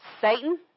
Satan